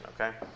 okay